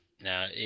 now